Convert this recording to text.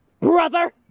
Brother